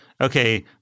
okay